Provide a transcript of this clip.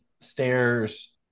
stairs